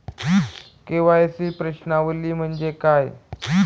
KYC प्रश्नावली म्हणजे काय?